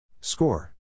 Score